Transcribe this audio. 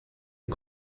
les